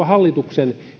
hallituksen